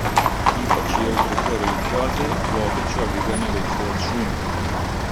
ypač jautrūs erlichiozei vokiečių aviganių veislės šunys